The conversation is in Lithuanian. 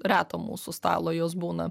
reto mūsų stalo jos būna